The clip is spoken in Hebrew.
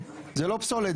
זה לא פסולת,